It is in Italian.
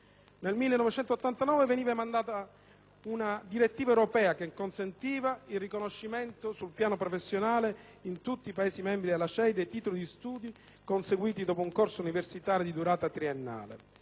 Nel 1989 veniva emanata la direttiva europea che consentiva il riconoscimento, sul piano professionale, in tutti i Paesi membri della CEE, dei titoli di studio conseguiti dopo un corso universitario di durata triennale.